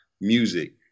music